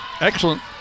Excellent